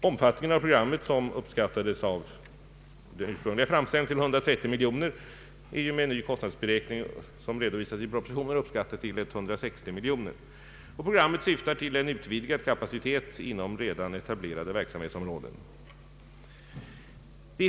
Omfattningen av programmet, som i den ursprungliga framställningen uppskattades till 130 miljoner kronor, är med den nya kostnadsberäkning, som redovisats i propositionen, nu uppskattad till 160 miljoner kronor. Programmet syftar till en utvidgad kapacitet inom redan etablerade verksamhetsområden.